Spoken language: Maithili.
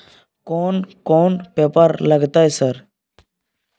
कोन कौन पेपर लगतै सर?